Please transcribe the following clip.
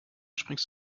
springst